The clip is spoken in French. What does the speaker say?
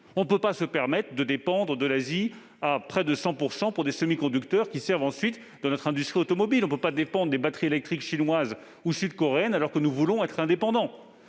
ne pouvons pas nous permettre de dépendre presque intégralement de l'Asie pour des semi-conducteurs qui servent ensuite dans notre industrie automobile, de dépendre des batteries électriques chinoises ou sud-coréennes alors que nous voulons être indépendants.